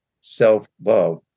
self-love